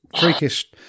freakish